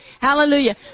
Hallelujah